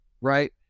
right